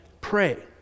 pray